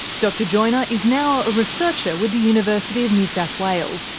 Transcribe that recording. dr joiner is now a researcher with the university of new south wales,